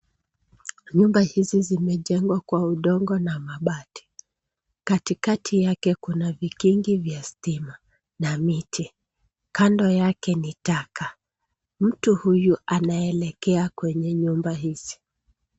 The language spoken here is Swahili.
Nyumba hizi zimejengwa kwa udongo na mabati. Katikati yake kuna vikingi vya stima na miti. Kando yake ni taka. Mtu huyu anaelekea kwenye nyumba hizi.